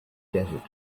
desert